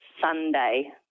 Sunday